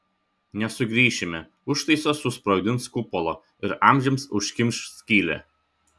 nesugrįšime užtaisas susprogdins kupolą ir amžiams užkimš skylę